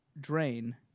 drain